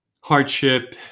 hardship